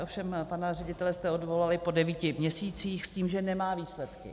Ovšem pana ředitele jste odvolali po devíti měsících s tím, že nemá výsledky.